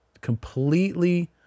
completely